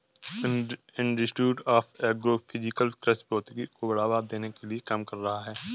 institute of agro physics कृषि भौतिकी को बढ़ावा देने के लिए काम कर रहा है